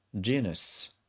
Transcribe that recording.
genus